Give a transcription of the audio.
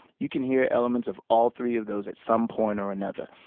you can hear elements of all three of those at some point or another.